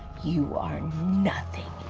you are nothing.